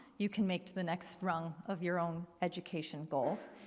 you can make to the next rung of your own education goals.